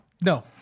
No